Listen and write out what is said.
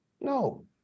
No